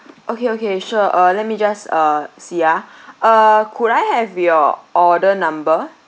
okay okay sure uh let me just uh see ah uh could I have your order number